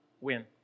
win